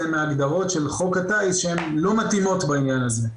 מההגדרות של חוק הטיס שהן לא מתאימות בעניין הזה.